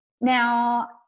Now